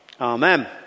Amen